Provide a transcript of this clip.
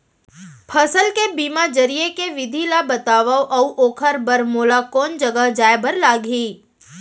फसल के बीमा जरिए के विधि ला बतावव अऊ ओखर बर मोला कोन जगह जाए बर लागही?